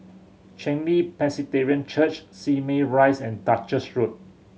Chen Li Presbyterian Church Simei Rise and Duchess Road